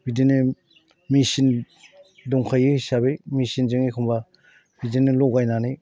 बिदिनो मेचिन दंखायो हिसाबै मेचिनजों एखमब्ला बिदिनो लगायनानै